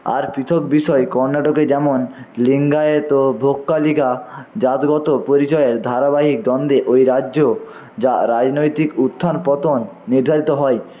আর পৃথক বিষয় কর্নাটকে যেমন লিঙ্গায়েত ও ভোগ কালিকা জাতগত পরিচয়ের ধারাবাহিক দ্বন্দ্বে ওই রাজ্য যা রাজনৈতিক উত্থান পতন নির্ধারিত হয়